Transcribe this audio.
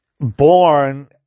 born